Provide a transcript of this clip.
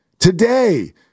Today